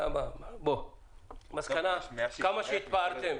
כמה שהתפארתם,